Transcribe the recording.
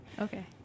Okay